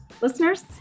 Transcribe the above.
Listeners